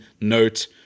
note